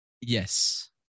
Yes